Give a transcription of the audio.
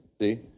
see